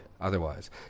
otherwise